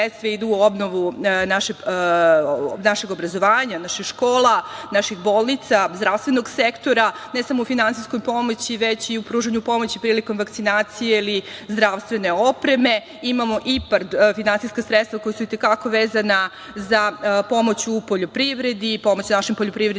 idu u obnovu našeg obrazovanja, naših škola, naših bolnica, zdravstvenog sektora, ne samo u finansijskoj pomoći, već i u pružanju pomoći prilikom vakcinacije ili zdravstvene opreme. Imamo IPARD finansijska sredstva koja su i te kako vezana za pomoć u poljoprivredi, pomoć našim vlasnicima